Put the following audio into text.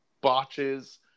botches